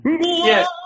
Yes